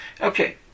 Okay